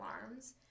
alarms